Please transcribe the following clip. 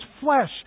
flesh